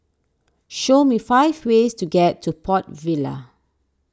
show me five ways to get to Port Vila